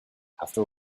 after